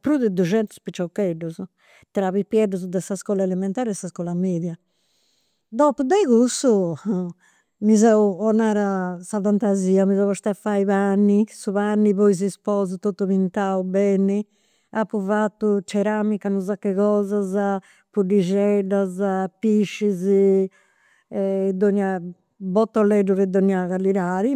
prus de duxentus piciocheddus, tra pipieddus de iscola elementari e sa iscola media. Dopu de cussu, mi seu 'onat sa fantasia, mi seu posta a fai pane, su pani po is sposus, totu pintau beni, apu fatu ceramica, unu sache, puddixeddas piscis, e dogna botuleddu de donni calidadi